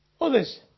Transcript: others